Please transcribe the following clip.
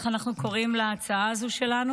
איך אנחנו קוראים להצעה שלנו?